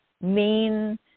main